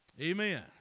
Amen